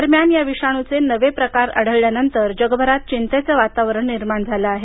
दरम्यान या विषाणूचे नवे प्रकार आढळल्यानंतर जगभरात चिंतेचे वातावरण निर्माण झाले आहे